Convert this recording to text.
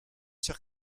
sûr